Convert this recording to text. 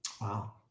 Wow